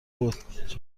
بود